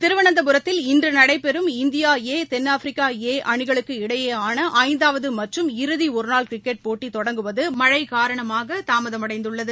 திருவனந்தபுரத்தில் இன்றுநடைபெறும் India A தென்னாப்பிரிக்கா ஏஅணிகளுக்கு இடையேயானஐந்தாவதுமற்றும் இறுதிஒருநாள் கிரிக்கெட் போட்டி தொடங்குவதுமழைகாரணமாகதாமதமடைந்துள்ளது